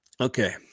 Okay